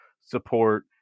support